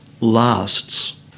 lasts